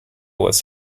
was